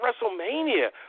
WrestleMania